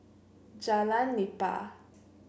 Jalan Nipah